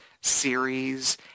series